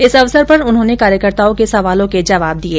इस अवसर पर उन्होंने कार्यकर्ताओं के सवालों के जवाब भी दिये